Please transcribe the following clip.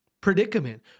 predicament